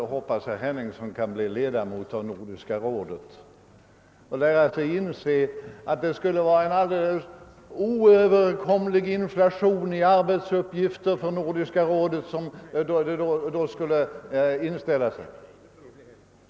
Jag hoppas att herr Henningsson kan bli medlem av Nordiska rådet och lära sig inse att en oöverkomlig inflation i arbetsuppgifter för Nordiska rådet skulle uppstå om den principen tillämpas.